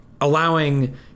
allowing